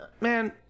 man